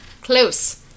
Close